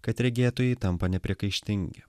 kad regėtojai tampa nepriekaištingi